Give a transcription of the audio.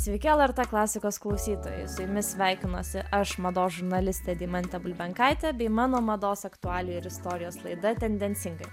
sveiki lrt klasikos klausytojai su jumis sveikinuosi aš mados žurnalistė deimantė bulbenkaitė bei mano mados aktualijų ir istorijos laida tendencingai